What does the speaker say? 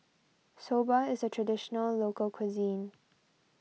Soba is a Traditional Local Cuisine